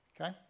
okay